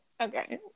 Okay